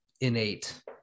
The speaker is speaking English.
innate